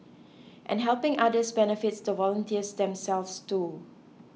and helping others benefits the volunteers themselves too